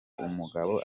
umugabo